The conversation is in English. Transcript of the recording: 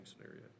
scenario